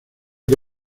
que